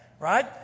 Right